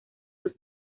sus